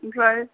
ओमफ्राय